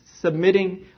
submitting